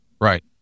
Right